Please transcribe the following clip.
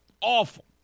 Awful